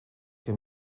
que